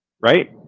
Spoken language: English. right